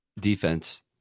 defense